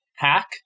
hack